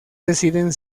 deciden